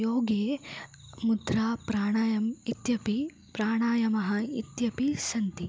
योगे मुद्रा प्राणायामम् इत्यपि प्राणायामः इत्यपि सन्ति